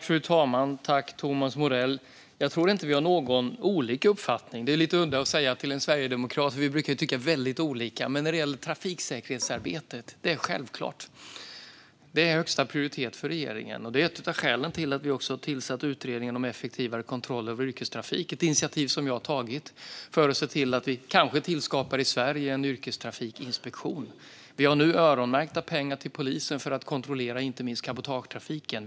Fru talman! Jag tackar Thomas Morell för detta. Jag tror inte att vi har olika uppfattningar om detta. Det är lite udda att säga det till en sverigedemokrat. Vi brukar ju tycka väldigt olika. Men när det gäller trafiksäkerhetsarbetet är det självklart att det har högsta prioritet för regeringen. Det är ett av skälen till att vi också har tillsatt en utredning om effektivare kontroll över yrkestrafik. Det är ett initiativ som jag har tagit för att se till att vi i Sverige kanske tillskapar en yrkestrafikinspektion. Vi har nu öronmärkta pengar till polisen för att kontrollera inte minst cabotagetrafiken.